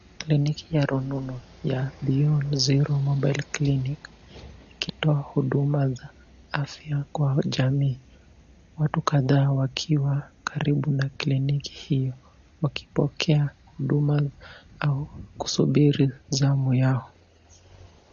Kliniki ya rununu ya Beyond Zero Mobile Clinic ikitoa huduma za afya kwa jamii. Watu kadhaa wakiwa karibu na kliniki hiyo wakipokea huduma au kusubiri zamu yao.